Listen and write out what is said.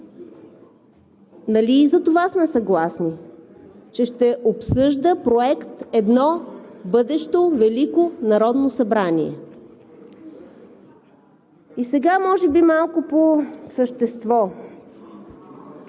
и за това сме съгласни? Че ще обсъжда Проект едно бъдещо Велико народно събрание. И сега може би малко по същество.